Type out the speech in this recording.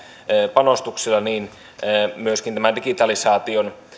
panostuksilla myöskin tämän digitalisaation